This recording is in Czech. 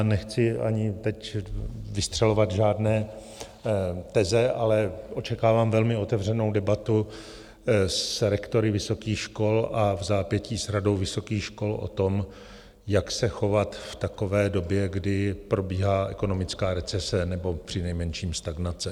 Nechci ani teď vystřelovat žádné teze, ale očekávám velmi otevřenou debatu s rektory vysokých škol a vzápětí s Radou vysokých škol o tom, jak se chovat v takové době, kdy probíhá ekonomická recese nebo přinejmenším stagnace.